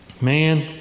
man